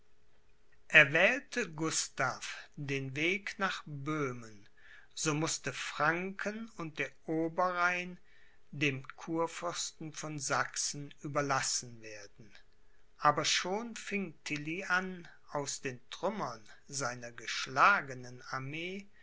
wollte erwählte gustav den weg nach böhmen so mußte franken und der oberrhein dem kurfürsten von sachsen überlassen werden aber schon fing tilly an aus den trümmern seiner geschlagenen armee